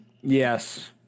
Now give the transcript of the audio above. Yes